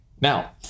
Now